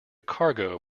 cargo